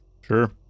Sure